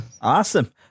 awesome